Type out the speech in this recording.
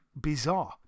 bizarre